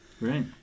Right